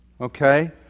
okay